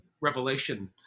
revelation